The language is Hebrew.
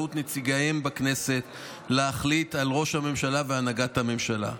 באמצעות נציגיהם בכנסת על ראש הממשלה והנהגת הממשלה.